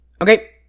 Okay